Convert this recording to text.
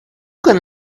can